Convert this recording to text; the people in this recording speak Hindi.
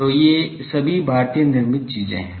तो ये सभी भारतीय निर्मित चीजें हैं